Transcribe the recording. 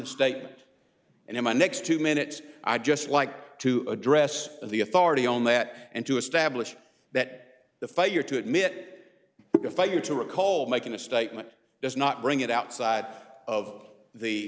statement and then my next two minutes i just like to address the authority on that and to establish that the failure to admit failure to recall making a statement does not bring it outside of the